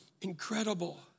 incredible